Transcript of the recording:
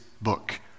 book